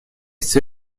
все